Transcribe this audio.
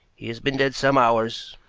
he has been dead some hours.